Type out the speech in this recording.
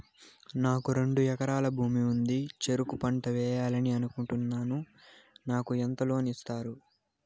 నాకు రెండు ఎకరాల భూమి ఉంది, చెరుకు పంట వేయాలని అనుకుంటున్నా, నాకు ఎంత లోను ఇస్తారు?